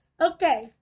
okay